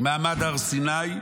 מעמד הר סיני,